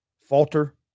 Falter